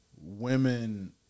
women